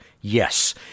Yes